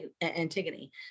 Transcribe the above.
Antigone